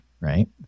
right